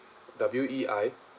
W E I